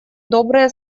добрые